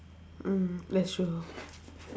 mm that's true